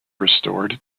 restored